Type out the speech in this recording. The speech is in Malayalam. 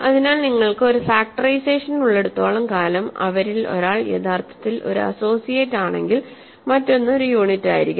അതിനാൽ നിങ്ങൾക്ക് ഒരു ഫാക്ടറൈസേഷൻ ഉള്ളിടത്തോളം കാലം അവരിൽ ഒരാൾ യഥാർത്ഥത്തിൽ ഒരു അസോസിയേറ്റ് ആണെങ്കിൽ മറ്റൊന്ന് ഒരു യൂണിറ്റ് ആയിരിക്കണം